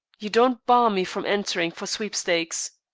you don't bar me from entering for sweepstakes.